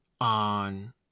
On